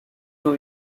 two